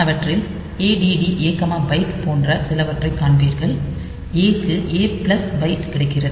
அவற்றில் add abyte போன்ற சிலவற்றை காண்பீர்கள் A க்கு A பிளஸ் பைட் கிடைக்கிறது